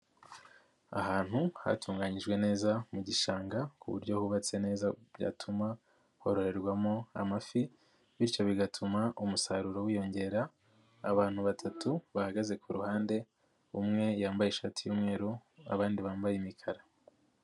Ahantu hatunganyijwe neza mu gishanga ku buryo hubatse neza byatuma kororerwamo amafi bityo bigatuma umusaruro wiyongera, abantu batatu bahagaze ku ruhande umwe yambaye ishati y'umweru, abandi bambaye imikara.